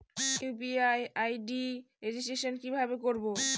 UPI ID registration কিভাবে করব?